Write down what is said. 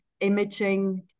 imaging